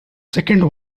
second